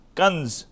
guns